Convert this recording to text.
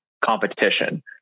competition